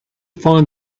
find